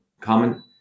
common